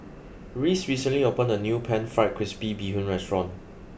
Reece recently opened a new Pan Fried Crispy Bee Hoon restaurant